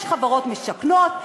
יש חברות משכנות,